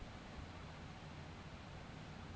call ইসকিমের ব্যাপারে বেশি ক্যরে জ্যানতে অললাইলে সেট পায়